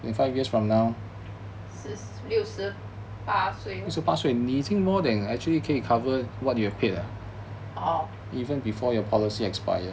六十八岁 orh